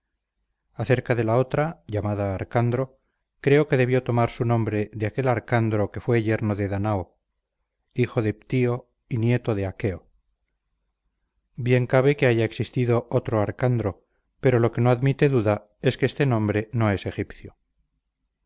acerca de la otra llamada arcandro creo debió tomar su nombre de aquel arcandro que fue yerno de danao hijo de ptio y nieto de aqueo bien cabe que haya existido otro arcandro pero lo que no admite duda es que este nombre no es egipcio